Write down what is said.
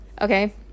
Okay